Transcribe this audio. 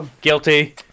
Guilty